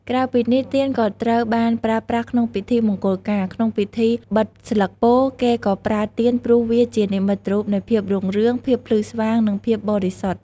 ក្រៅពីនេះ ទៀនក៏ត្រូវបានប្រើប្រាស់ក្នុងពិធីមង្គលការ ក្នុងពិធីបិទស្លឹកពោធិ៍ គេក៏ប្រើទៀនព្រោះវាជានិមិត្តរូបនៃភាពរុងរឿង ភាពភ្លឺស្វាង និងភាពបរិសុទ្ធ ។